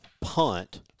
punt